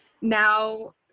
now